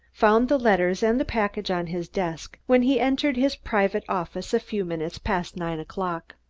found the letters and the package on his desk when he entered his private office a few minutes past nine o'clock.